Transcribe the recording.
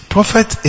Prophet